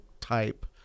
type